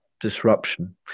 disruption